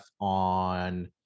on